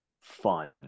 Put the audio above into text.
fun